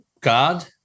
God